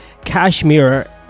Kashmir